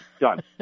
done